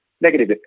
Negative